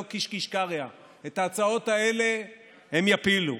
"קיש קיש קריא" את ההצעות האלה הם יפילו.